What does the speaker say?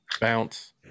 Bounce